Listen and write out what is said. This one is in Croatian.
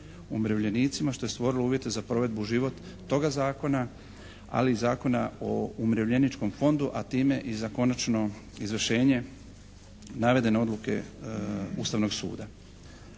umirovljenicima što je stvorilo uvjete za provedbu u život toga zakona ali i Zakona o umirovljeničkom fondu a time i za konačno izvršenje navedene odluke Ustavnog suda.